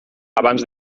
abans